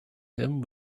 him